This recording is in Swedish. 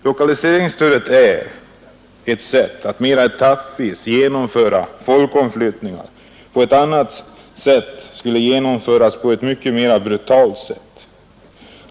Lokaliseringsstödet är ett sätt att mera etappvis genomföra folkomflyttningar, som annars skulle genomföras på ett mera brutalt sätt.